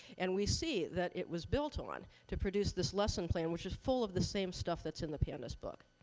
and we see that it was built on to produce this lesson plan, which is full of the same stuff that's in the pandas book,